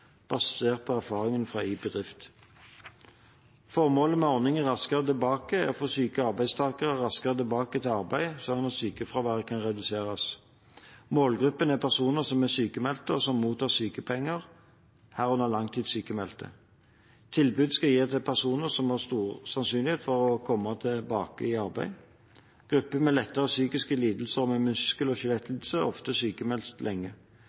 basert på erfaringene fra iBedrift. Formålet med ordningen Raskere tilbake er å få syke arbeidstakere raskere tilbake i arbeid, slik at sykefraværet kan reduseres. Målgruppen er personer som er sykmeldt, og som mottar sykepenger, herunder langtidssykmeldte. Tilbudet skal gis til personer som har stor sannsynlighet for å komme tilbake i arbeid. Grupper med lettere psykiske lidelser og med muskel- og skjelettlidelser er ofte sykmeldt lenge.